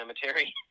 cemetery